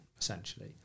essentially